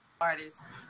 artists